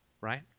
right